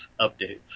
updates